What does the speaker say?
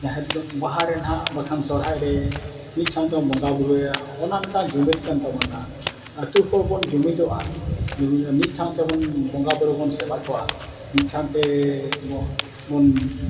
ᱡᱟᱦᱮᱨ ᱫᱚ ᱵᱟᱦᱟ ᱨᱮ ᱱᱟᱦᱟᱸᱜ ᱵᱟᱠᱷᱟᱱ ᱥᱚᱦᱚᱨᱟᱭ ᱨᱮ ᱢᱤᱫ ᱥᱟᱶᱛᱮᱵᱚᱱ ᱵᱚᱸᱜᱟ ᱵᱩᱨᱩᱭᱟ ᱚᱱᱟ ᱢᱤᱫᱴᱟᱝ ᱡᱩᱢᱤᱫ ᱠᱟᱱ ᱛᱟᱵᱚᱱᱟ ᱟᱛᱳ ᱦᱚᱲ ᱵᱚᱱ ᱡᱩᱢᱤᱫᱚᱜᱼᱟ ᱢᱤᱫ ᱥᱟᱶᱛᱮᱵᱚᱱ ᱵᱚᱸᱜᱟ ᱵᱩᱨᱩ ᱵᱚᱱ ᱥᱮᱵᱟ ᱠᱚᱜᱼᱟ ᱢᱤᱫ ᱥᱟᱶᱛᱮ ᱵᱚᱱ